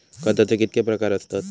खताचे कितके प्रकार असतत?